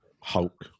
Hulk